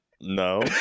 No